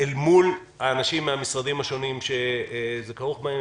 אל מול האנשים מן המשרדים השונים שזה כרוך בהם.